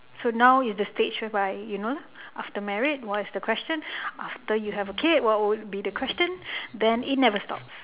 so now is the stage whereby you know after married what is the question after you have a kid what would be the question then it never stops